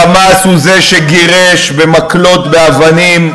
מנהלים, ה"חמאס" הוא שגירש במקלות, באבנים,